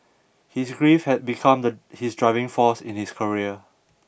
his grief had become the his driving force in his career